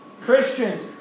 Christians